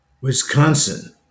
Wisconsin